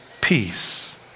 peace